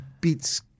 beats